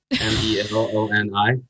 M-E-L-O-N-I